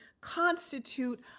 constitute